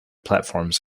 platforms